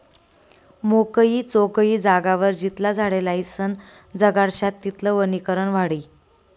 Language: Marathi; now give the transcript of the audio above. मोकयी चोकयी जागावर जितला झाडे लायीसन जगाडश्यात तितलं वनीकरण वाढी